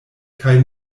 kaj